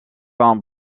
peint